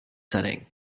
setting